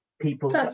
people